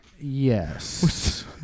yes